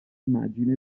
immagine